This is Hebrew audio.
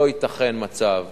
לא ייתכן מצב